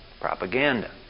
Propaganda